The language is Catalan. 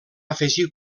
afegir